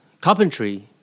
carpentry